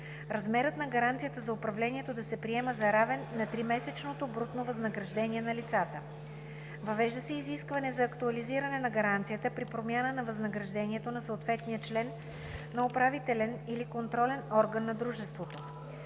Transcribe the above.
размерът на гаранцията за управлението да се приема за равен на тримесечното брутно възнаграждение на лицата. Въвежда се и изискване за актуализиране на гаранцията при промяна на възнаграждението на съответния член на управителен или контролен орган на дружеството.